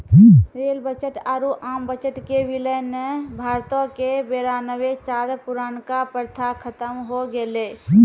rail budget आरु आम budget के विलय ने भारतो के बेरानवे साल पुरानका प्रथा खत्म होय गेलै